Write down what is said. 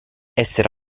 essere